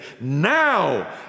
now